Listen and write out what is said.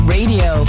Radio